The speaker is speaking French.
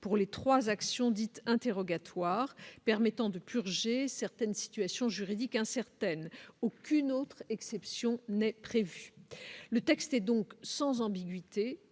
pour les 3 actions dites interrogatoire permettant de purger certaines situation juridique incertaine, aucune autre exception n'est prévue, le texte est donc sans ambiguïté